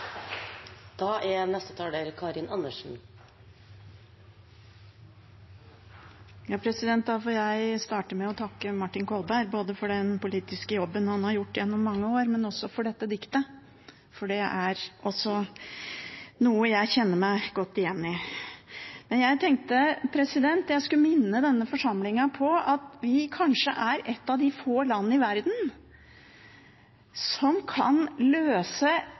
Da får jeg starte med å takke Martin Kolberg både for den politiske jobben han har gjort gjennom mange år, og for dette diktet, for det er også et jeg kjenner meg godt igjen i. Jeg tenkte jeg skulle minne denne forsamlingen på at vi kanskje er et av de få land i verden som kan løse